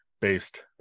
based